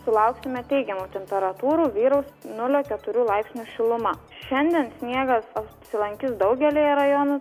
sulauksime teigiamų temperatūrų vyraus nulio keturių laipsnių šiluma šiandien sniegas apsilankys daugelyje rajonų